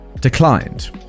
declined